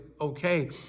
okay